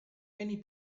many